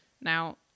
Now